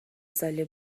ساله